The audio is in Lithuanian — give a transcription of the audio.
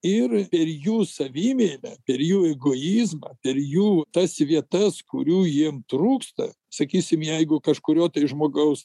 ir per jų savimeilę per jų egoizmą per jų tas vietas kurių jiem trūksta sakysim jeigu kažkurio tai žmogaus